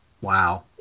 Wow